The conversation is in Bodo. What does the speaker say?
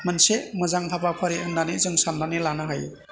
मोनसे मोजां हाबाफारि होन्नानै जों सान्नानै लानो हायो